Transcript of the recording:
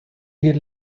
eat